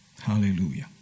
Hallelujah